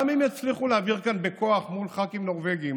גם אם יצליחו להעביר כאן בכוח מול ח"כים נורבגים